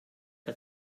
que